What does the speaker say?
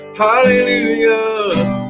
hallelujah